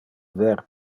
ver